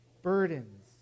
burdens